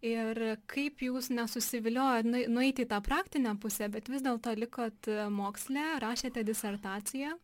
ir kaip jūs nesusiviliojot nu nueiti į tą praktinę pusę bet vis dėlto likot moksle rašėte disertaciją